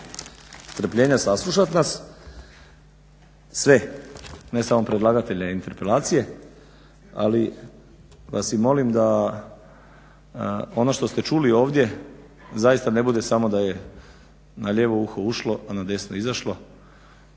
strpljenja saslušat nas sve, ne samo predlagatelje interpelacije. Ali vas i molim da ono što ste čuli ovdje zaista ne bude samo da je na lijevo uho ušlo, a na desno izašlo,